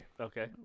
Okay